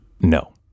No